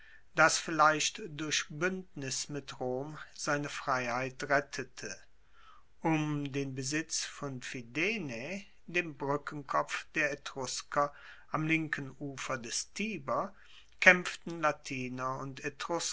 das vielleicht durch buendnis mit rom seine freiheit rettete um den besitz von fidenae dem brueckenkopf der etrusker am linken ufer des tiber kaempften latiner und